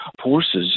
horses